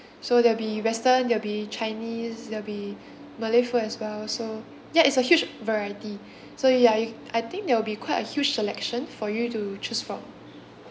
so there'll be western there'll be chinese there'll be malay food as well so ya it's a huge variety so y~ ya y~ I think there will be quite a huge selection for you to choose from